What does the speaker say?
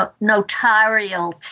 notarial